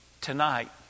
Tonight